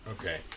Okay